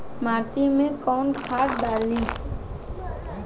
माटी में कोउन खाद डाली?